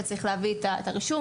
ושצריך להביא את הרישום,